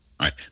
Right